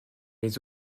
les